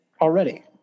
Already